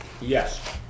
Yes